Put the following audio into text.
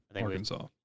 Arkansas